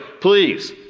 Please